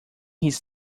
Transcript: his